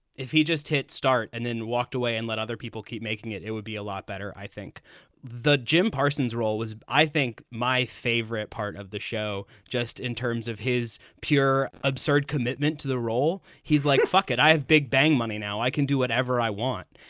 if he just hit start and then walked away and let other people keep making it, it would be a lot better. i think the jim parsons role was, i think, my favorite part of the show, just in terms of his pure, absurd commitment to the role. he's like, fucking. i have big bang money now. i can do whatever i want.